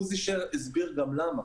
עוזי שר הסביר גם למה.